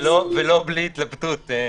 ולא בלי התלבטות.